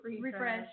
Refresh